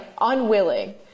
unwilling